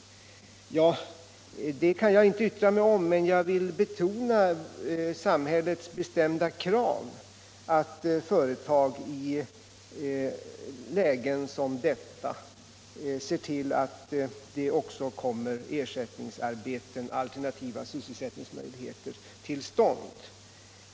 Ja, det kan jag inte yttra mig om, men jag vill betona samhällets bestämda krav att företag i lägen som detta ser till att det också ges alternativa sysselsättningsmöjligheter.